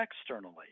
externally